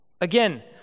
Again